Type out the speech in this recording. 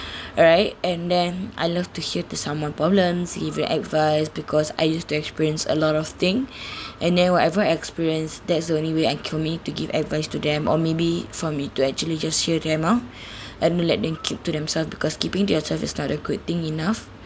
alright and then I love to hear to someone problems give you advice because I used to experience a lot of thing and then whatever experience that's the only way I can only to give advice to them or maybe for me to actually just hear them out and not let them keep to themselves because keeping to yourself is not a good thing enough